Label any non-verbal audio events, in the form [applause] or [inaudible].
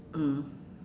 mm [breath]